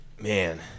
man